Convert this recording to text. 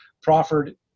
proffered